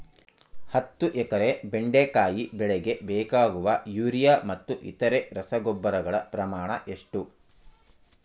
ಹತ್ತು ಎಕರೆ ಬೆಂಡೆಕಾಯಿ ಬೆಳೆಗೆ ಬೇಕಾಗುವ ಯೂರಿಯಾ ಮತ್ತು ಇತರೆ ರಸಗೊಬ್ಬರಗಳ ಪ್ರಮಾಣ ಎಷ್ಟು?